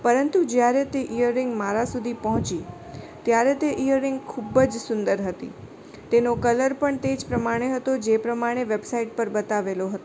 પરંતુ જ્યારે તે ઇયરિંગ મારા સુધી પહોંચી ત્યારે તે ઇયરિંગ ખૂબ જ સુંદર હતી તેનો કલર પણ તે જ પ્રમાણે હતો જે પ્રમાણે વૅબસાઇટ પર બતાવેલો હતો